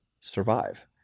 survive